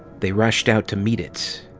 they rushed out to meet it.